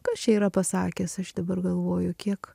kas čia yra pasakęs aš dabar galvoju kiek